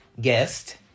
guest